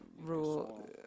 rule